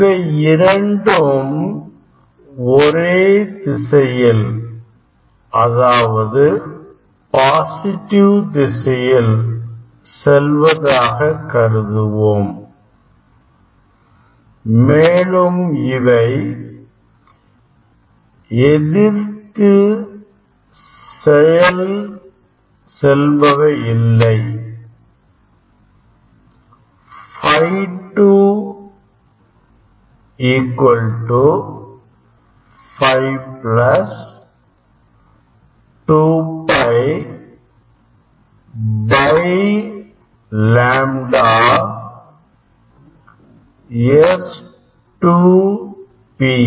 இவை இரண்டும் ஒரே திசையில் அதாவது பாசிட்டிவ் திசையில் செல்வதாக கருதுவோம் மேலும் இவை எதிர்த்து செயல் செல்பவை அல்ல Φ2 Φ 2πλ